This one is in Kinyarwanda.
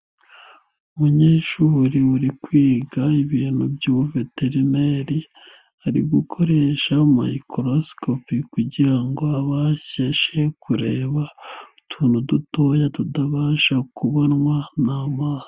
Umunyeshuri uri kwiga ibintu by'ubuveterineri, ari gukoresha mikorosikopi kugira ngo abasheshe kureba, utuntu dutoya tutabasha kubonwa n'amaso.